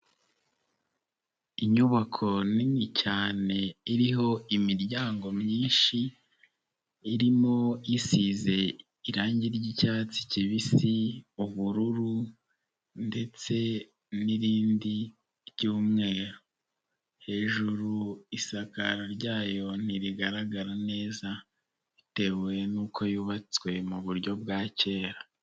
Inyubako nini cyane iriho imiryango myinshi, irimo isize irangi ry'icyatsi kibisi, ubururu ndetse n'irindi ry'umweru, hejuru isakara ryayo ntirigaragara neza, bitewe n'uko yubatswe mu buryo bwa kera.